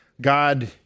God